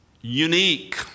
unique